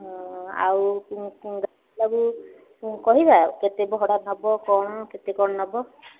ହଁ ଆଉ କହିବା ଆଉ କେତେ ଭଡ଼ା ନେବ କ'ଣ କେତେ କ'ଣ ନେବ